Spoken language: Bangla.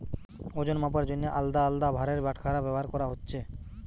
ওজন মাপার জন্যে আলদা আলদা ভারের বাটখারা ব্যাভার কোরা হচ্ছে